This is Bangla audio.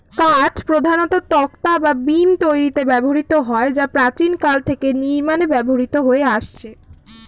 কাঠ প্রধানত তক্তা বা বিম তৈরিতে ব্যবহৃত হয় যা প্রাচীনকাল থেকে নির্মাণে ব্যবহৃত হয়ে আসছে